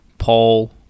Paul